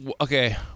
Okay